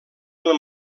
del